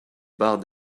barres